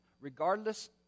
regardless